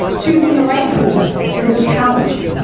choosing the right tool is a challenge.